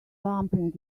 bumping